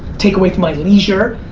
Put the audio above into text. take away from my leisure,